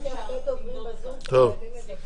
יש הרבה דוברים בזום שחייבים לדבר.